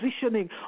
positioning